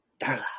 Darla